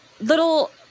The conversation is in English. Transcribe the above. little